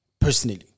personally